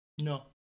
No